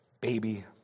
baby